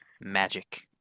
magic